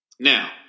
Now